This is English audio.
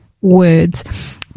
words